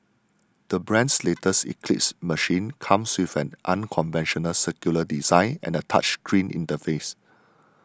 the brand's latest Eclipse machine comes with an unconventional circular design and a touch screen interface